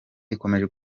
ikomeje